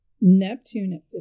Neptune